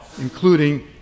including